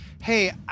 Hey